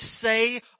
say